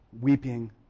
Weeping